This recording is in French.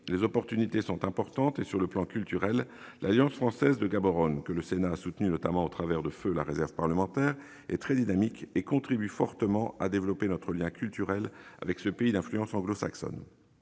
les opportunités sont importantes, et, sur le plan culturel, l'Alliance française de Gaborone, que le Sénat a soutenue notamment au travers de feue la réserve parlementaire, est très dynamique et contribue fortement à développer notre lien culturel avec ce pays appartenant à la